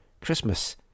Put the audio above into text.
Christmas